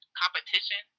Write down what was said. competition